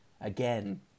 again